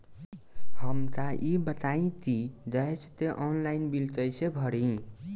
हमका ई बताई कि गैस के ऑनलाइन बिल कइसे भरी?